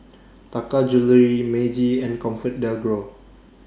Taka Jewelry Meiji and ComfortDelGro